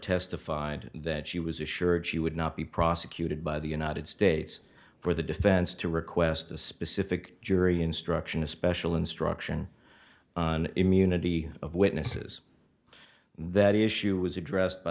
testified that she was assured she would not be prosecuted by the united states for the defense to request a specific jury instruction a special instruction on immunity of witnesses that issue was addressed by